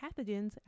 pathogens